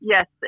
Yes